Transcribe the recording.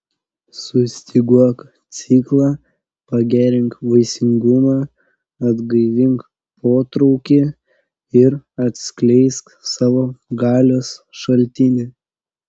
sustyguok ciklą pagerink vaisingumą atgaivink potraukį ir atskleisk savo galios šaltinį